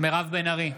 מירב בן ארי,